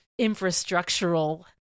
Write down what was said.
infrastructural